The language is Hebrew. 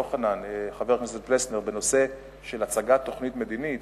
חבר הכנסת פלסנר, בנושא של הצגת תוכנית מדינית,